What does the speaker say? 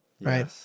Right